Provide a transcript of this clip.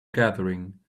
gathering